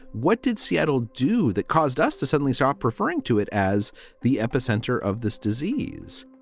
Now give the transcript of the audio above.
what did seattle do that caused us to suddenly stop referring to it as the epicenter of this disease?